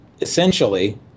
essentially